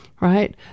Right